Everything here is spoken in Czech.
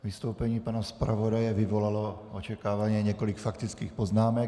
Vystoupení pana zpravodaje vyvolalo očekávaně několik faktických poznámek.